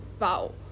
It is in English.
Wow